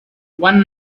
one